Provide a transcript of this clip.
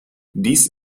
dies